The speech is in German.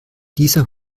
dieser